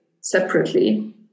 separately